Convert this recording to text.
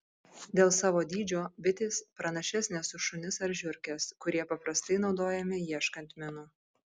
dėl savo dydžio bitės pranašesnės už šunis ar žiurkes kurie paprastai naudojami ieškant minų